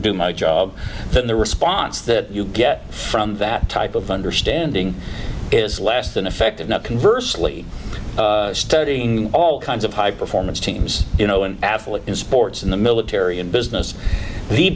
do my job then the response that you get from that type of understanding is less than effective not converse lee studying all kinds of high performance teams you know an athlete in sports in the military in business the